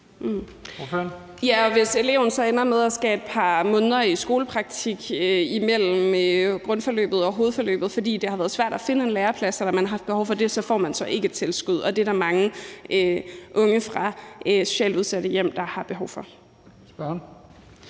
hvis eleven så ender med at skulle et par måneder i skolepraktik imellem grundforløbet og hovedforløbet, fordi det har været svært at finde en læreplads eller man har haft behov for det, så får man ikke et tilskud, og det er der mange unge fra socialt udsatte hjem der har behov for.